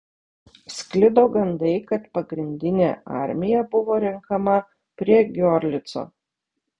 sklido gandai kad pagrindinė armija buvo renkama prie giorlico